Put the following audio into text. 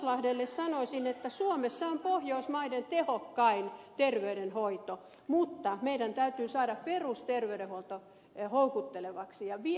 lauslahdelle sanoisin että suomessa on pohjoismaiden tehokkain terveydenhoito mutta meidän täytyy saada perusterveydenhuolto houkuttelevaksi